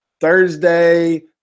Thursday